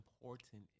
important